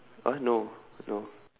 uh no no